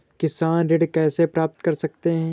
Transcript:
किसान ऋण कैसे प्राप्त कर सकते हैं?